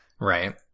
Right